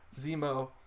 Zemo